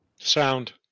sound